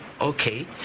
okay